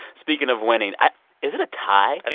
speaking of winning, is it a tie? and